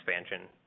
expansion